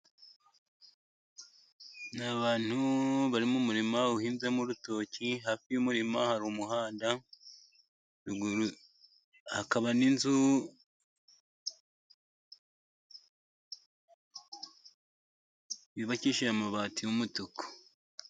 Ni abantu bari mu murima uhinzemo urutoki, hafi y'umurima hari umuhanda, ruguru hakaba n'inzu yubakishije amabati y'umutuku.